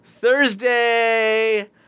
Thursday